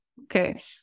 okay